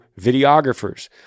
videographers